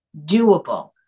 doable